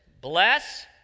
bless